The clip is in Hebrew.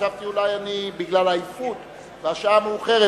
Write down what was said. חשבתי שאולי בגלל העייפות והשעה המאוחרת